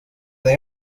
they